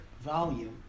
volume